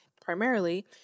primarily